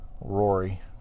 Rory